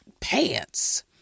pants